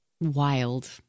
wild